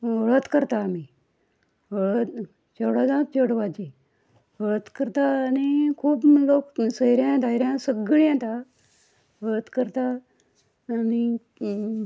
हळद करता आमी हळद चेडो जावं चेडवाची हळद करता आनी खूब लोक सयऱ्या धायऱ्या सगळीं येता हळद करता आनी